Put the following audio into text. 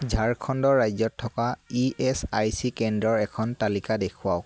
ঝাৰখণ্ড ৰাজ্যত থকা E S I C কেন্দ্ৰৰ এখন তালিকা দেখুৱাওক